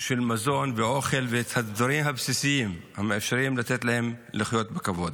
של מזון ואוכל והדברים הבסיסיים המאפשרים להם לחיות בכבוד.